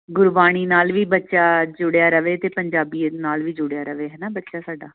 ਗੁਰਬਾਣੀ ਨਾਲ ਵੀ ਬੱਚਾ ਜੁੜਿਆ ਰਵੇ ਅਤੇ ਪੰਜਾਬੀਅਤ ਨਾਲ ਵੀ ਜੁੜਿਆ ਰਵੇ ਹੈ ਨਾ ਬੱਚਾ ਸਾਡਾ